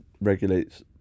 regulates